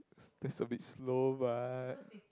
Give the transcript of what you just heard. that's a bit slow right